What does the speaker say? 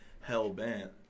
hell-bent